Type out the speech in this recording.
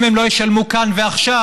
שאם הם לא ישלמו כאן ועכשיו,